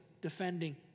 defending